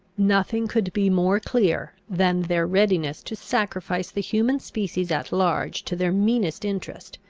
nothing could be more clear, than their readiness to sacrifice the human species at large to their meanest interest,